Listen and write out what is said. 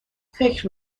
فکر